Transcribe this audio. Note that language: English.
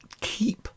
keep